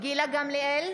גילה גמליאל,